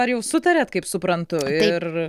ar jau sutarėt kaip suprantu ir